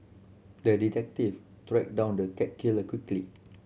the detective tracked down the cat killer quickly